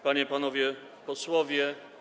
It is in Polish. Panie i Panowie Posłowie!